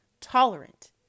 tolerant